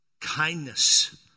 kindness